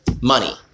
money